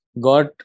got